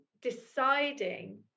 deciding